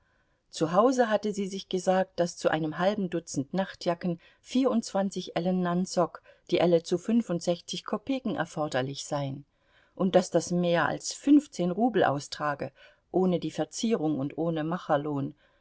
zu hause hatte sie sich gesagt daß zu einem halben dutzend nachtjacken vierundzwanzig ellen nansok die elle zu fünfundsechzig kopeken erforderlich seien und daß das mehr als fünfzehn rubel austrage ohne die verzierung und ohne